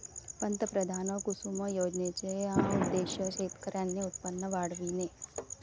पंतप्रधान कुसुम योजनेचा उद्देश शेतकऱ्यांचे उत्पन्न वाढविणे